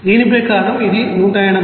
దీని ప్రకారం ఇది 180